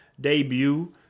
debut